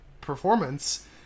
performance